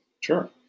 Sure